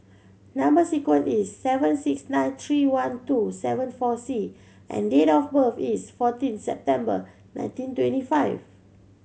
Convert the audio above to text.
number sequence is seven six nine three one two seven four C and date of birth is fourteen September nineteen twenty five